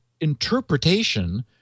interpretation